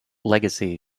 legacy